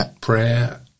prayer